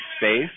space